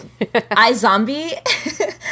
iZombie